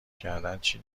کردنچی